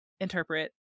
interpret